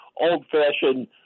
old-fashioned